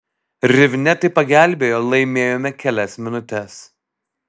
rivne tai pagelbėjo laimėjome kelias minutes